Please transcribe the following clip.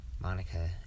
Monica